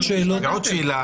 עוד שאלות?